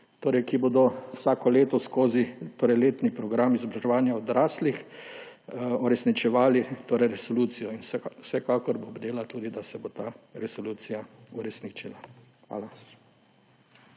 ki bodo vsako leto skozi letni program izobraževanja odraslih uresničevali resolucijo in vsekakor bo tudi bdela, da se bo ta resolucija uresničila. Hvala.